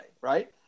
right